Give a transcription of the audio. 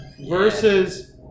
versus